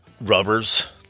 rubbers